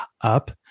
up